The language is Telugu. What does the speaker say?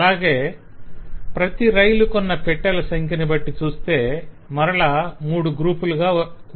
అలాగే ప్రతి రైలుకున్న పెట్టెల సంఖ్యను బట్టి చూస్తే మరల మూడు గ్రూపులుగా గుర్తించవచ్చు